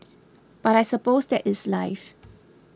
but I suppose that is life